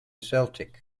celtic